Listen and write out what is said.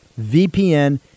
VPN